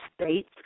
states